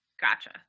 Gotcha